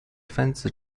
分子